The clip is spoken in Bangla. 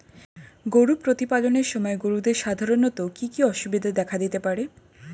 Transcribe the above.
গরু প্রতিপালনের সময় গরুদের সাধারণত কি কি অসুবিধা দেখা দিতে পারে?